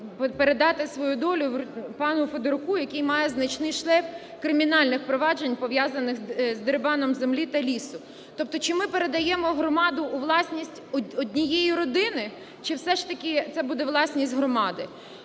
передати свою долю пану Федоруку, який має значний шлейф кримінальних проваджень, пов'язаних з дерибаном землі та лісу. Тобто чи ми передаємо громаду у власність однієї родини, чи все ж таки це буде власність громади?